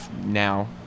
now